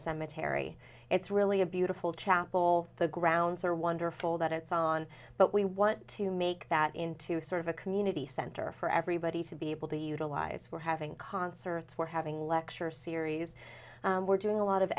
cemetery it's really a beautiful chapel the grounds are wonderful that it's on but we want to make that into sort of a community center for everybody to be able to utilize we're having concerts where having lecture series we're doing a lot of